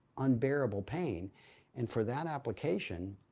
unbearable pain and for that application,